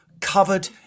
covered